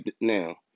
now